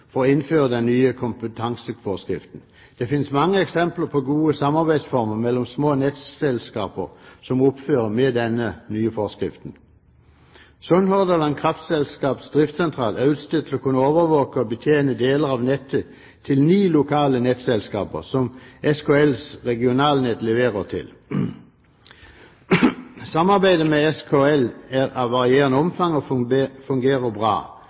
for å innføre den nye kompetanseforskriften. Det fins mange eksempler på gode samarbeidsformer mellom små nettselskaper som må opphøre med denne nye forskriften. Sunnhordland Kraftlags driftssentral er utstyrt for å kunne overvåke og betjene deler av nettet til ni lokale nettselskaper som SKLs regionalnett leverer til. Samarbeidet med SKL er av varierende omfang, og fungerer bra.